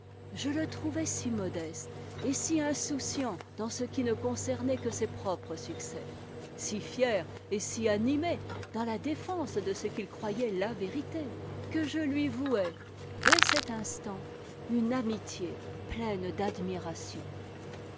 je le trouvai si modeste et si insouciant dans ce qui ne concernait que ses propres succès si fier et si animé dans la défense de ce qu'il croyait la vérité que je lui vouai dès cet instant une amitié pleine d'admiration